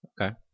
Okay